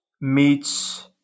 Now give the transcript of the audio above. meets